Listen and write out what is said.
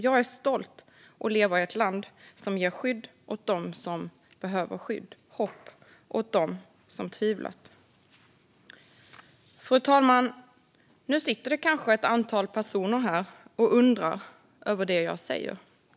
Jag är stolt över att leva i ett land som ger skydd åt dem som behöver skydd och hopp åt dem som tvivlat. Fru talman! Nu sitter det kanske ett antal personer och undrar över det jag säger.